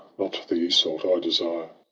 not the iseult i desire.